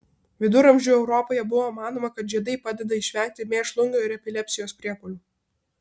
viduramžių europoje buvo manoma kad žiedai padeda išvengti mėšlungio ir epilepsijos priepuolių